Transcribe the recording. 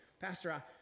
Pastor